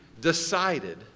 decided